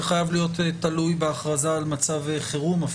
זה חייב להיות תלוי בהכרזה על מצב חירום.